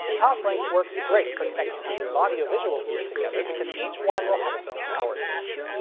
toslink works great for connecting pieces of audio visual gear together because each one will have its own power source.